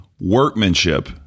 workmanship